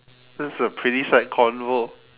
this is a pretty sad convo